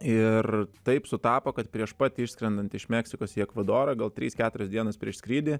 ir taip sutapo kad prieš pat išskrendant iš meksikos į ekvadorą gal trys keturios dienas prieš skrydį